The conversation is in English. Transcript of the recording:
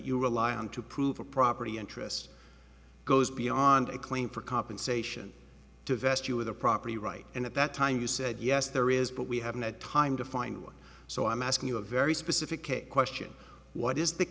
you rely on to prove a property interest goes beyond a claim for compensation to vest you with the property right and at that time you said yes there is but we haven't had time to find one so i'm asking you a very specific question what is the